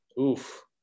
Oof